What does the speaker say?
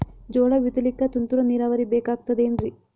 ಜೋಳ ಬಿತಲಿಕ ತುಂತುರ ನೀರಾವರಿ ಬೇಕಾಗತದ ಏನ್ರೀ?